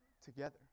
together